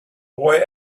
boy